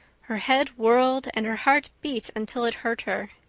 her head whirled and her heart beat until it hurt her.